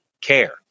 care